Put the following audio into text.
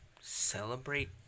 celebrate